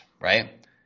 right